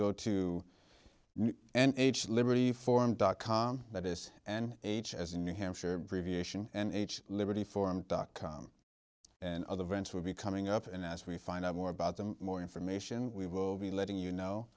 go to and age liberty forum dot com that is an h as in new hampshire review and h liberty forum dot com and other events will be coming up and as we find out more about them more information we will be letting you know